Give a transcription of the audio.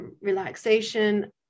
relaxation